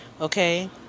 Okay